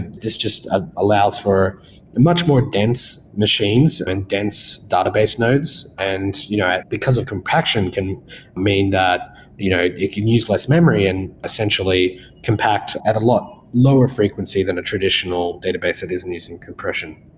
this just ah allows for much more dense machines and dense database nodes. and you know because of compaction can mean that you know it can use less memory and essentially compact at a lot lower frequency than a traditional database that isn't using compression.